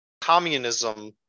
communism